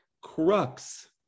crux